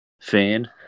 Fan